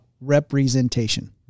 representation